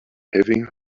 having